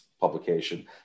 Publication